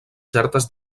certes